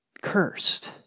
cursed